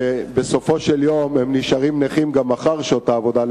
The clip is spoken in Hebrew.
שבסופו של יום נשארים נכים גם לאחר שעות העבודה,